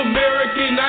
American